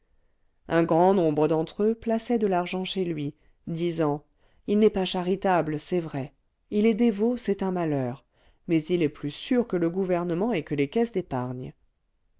un grand nombre d'entre eux plaçaient de l'argent chez lui disant il n'est pas charitable c'est vrai il est dévot c'est un malheur mais il est plus sûr que le gouvernement et que les caisses d'épargne